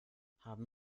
haben